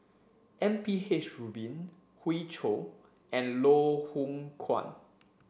M P H Rubin Hoey Choo and Loh Hoong Kwan